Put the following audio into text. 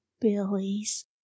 Billy's